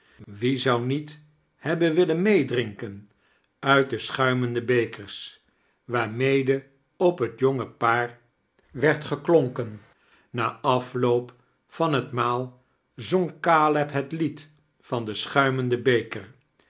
wie zou niet hebben willen meeftrinken uit de schuimende bekeirs waarmede op het jonge paar werd giemonken na afloop van het maal zong caleb het lied van den schuimenden beker